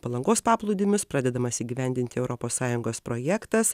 palangos paplūdimius pradedamas įgyvendinti europos sąjungos projektas